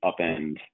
upend